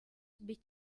bit